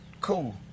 Cool